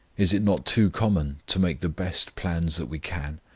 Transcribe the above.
is it not too common to make the best plans that we can,